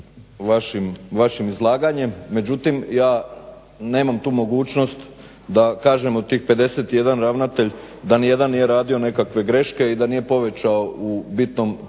vašim izlaganjem, međutim ja nemam tu mogućnost da kažem od tih 51 ravnatelj da nijedan nije radio nekakve greške i da nije povećao u bitnom taj dug